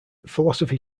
philosophy